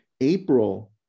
April